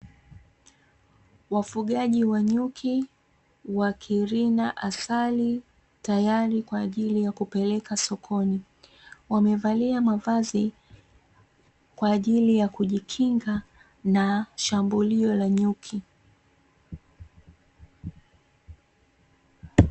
Wafugaji wa nyuki wakirina asali, tayari kwa ajili ya kupeleka sokoni. Wamevalia mavazi, kwa ajili ya kujikinga na shambulio la nyuki.